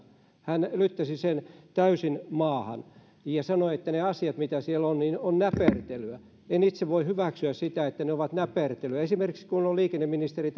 hän lyttäsi sen täysin maahan ja sanoi että ne asiat mitä siellä on ovat näpertelyä en itse voi hyväksyä sitä että ne ovat näpertelyä esimerkiksi kun on liikenneministeri